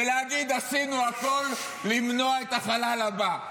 ולהגיד: עשינו הכול למנוע את החלל הבא.